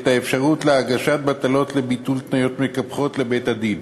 את האפשרות להגיש בקשות לביטול תניות מקפחות לבית-הדין.